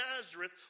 Nazareth